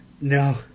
no